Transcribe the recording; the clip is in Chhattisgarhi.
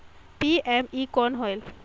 पी.एम.ई कौन होयल?